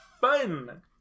fun